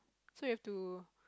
so you have to